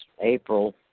April